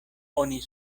oni